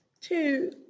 two